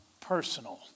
personal